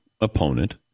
opponent